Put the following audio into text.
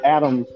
Adam